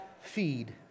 feed